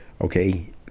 Okay